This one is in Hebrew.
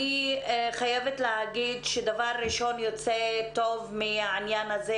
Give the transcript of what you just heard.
אני חייבת להגיד שדבר אחד טוב יוצא מהדבר הזה,